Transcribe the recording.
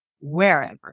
wherever